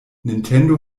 nintendo